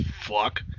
fuck